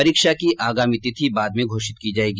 परीक्षा का आगामी तिथी बाद में घोषित की जाएगी